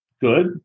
good